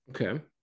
Okay